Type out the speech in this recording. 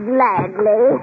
Gladly